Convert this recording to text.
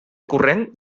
corrent